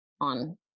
on